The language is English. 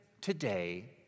today